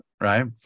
Right